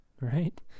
right